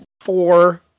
four